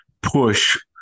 push